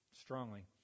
strongly